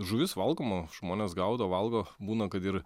žuvis valgoma žmonės gaudo valgo būna kad ir